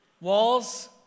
Walls